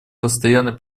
постоянный